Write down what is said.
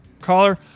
Caller